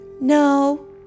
No